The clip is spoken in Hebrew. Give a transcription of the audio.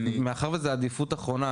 מאחר וזו עדיפות אחרונה,